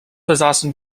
besaßen